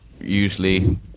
usually